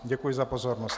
Děkuji za pozornost.